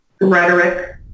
rhetoric